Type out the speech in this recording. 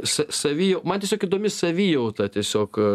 sa savijau man tiesiog įdomi savijauta tiesiog